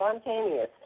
spontaneous